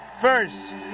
first